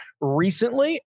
recently